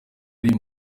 ari